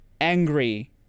angry